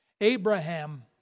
Abraham